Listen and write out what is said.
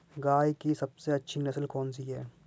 गाय की सबसे अच्छी नस्ल कौनसी है?